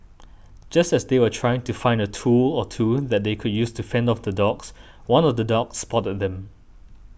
just as they were trying to find a tool or two that they could use to fend off the dogs one of the dogs spotted them